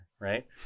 Right